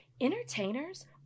Entertainers